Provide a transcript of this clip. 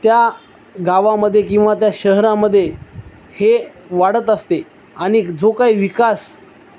त्या गावामध्ये किंवा त्या शहरामध्ये हे वाढत असते आणि जो काही विकास